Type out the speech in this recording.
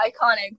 iconic